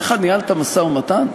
ככה ניהלת משא-ומתן?